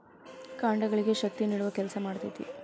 ಕಾಂಡಗಳಿಗೆ ಶಕ್ತಿ ನೇಡುವ ಕೆಲಸಾ ಮಾಡ್ತತಿ